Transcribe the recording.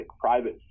private